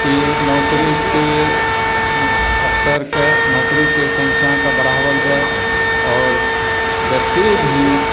कि नौकरीके स्तरके नौकरीके संख्याके बढ़ाओल जाए आओर जतए भी